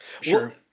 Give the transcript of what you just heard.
Sure